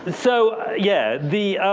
so yeah, the